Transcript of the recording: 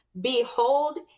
Behold